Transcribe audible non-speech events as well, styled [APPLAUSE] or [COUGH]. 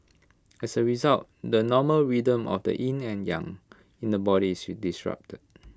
as A result the normal rhythm of the yin and yang in the body is [UNINTELLIGIBLE] disrupted